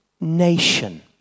nation